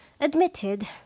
Admitted